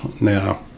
now